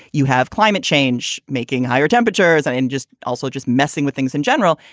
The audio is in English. you have climate change making higher temperatures. i and just also just messing with things in general.